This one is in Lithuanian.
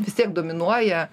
vis tiek dominuoja